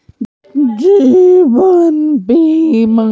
जीवन बीमा के लेल आवेदन करे लेल हमरा की की दस्तावेज के जरूरत होतई?